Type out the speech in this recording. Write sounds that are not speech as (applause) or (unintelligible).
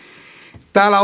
täällä (unintelligible)